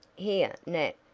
here, nat,